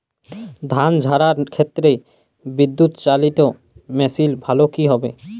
ধান ঝারার ক্ষেত্রে বিদুৎচালীত মেশিন ভালো কি হবে?